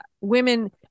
women